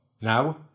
Now